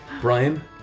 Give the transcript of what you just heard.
Brian